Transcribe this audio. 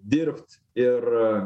dirbt ir